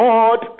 Lord